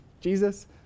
Jesus